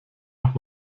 noch